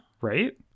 Right